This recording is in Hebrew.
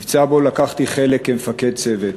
מבצע שבו לקחתי חלק כמפקד צוות.